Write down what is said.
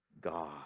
God